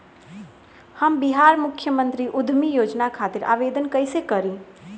हम बिहार मुख्यमंत्री उद्यमी योजना खातिर आवेदन कईसे करी?